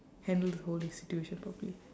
handle the whole situation properly